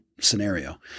scenario